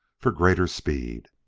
for greater speed.